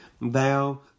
Thou